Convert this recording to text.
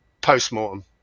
post-mortem